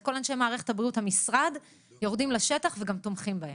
כל אנשי מערכת הבריאות המשרד יורדים לשטח וגם תומכים בהם.